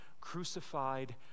crucified